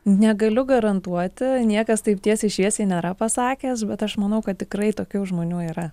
negaliu garantuoti niekas taip tiesiai šviesiai nėra pasakęs bet aš manau kad tikrai tokių žmonių yra